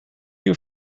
you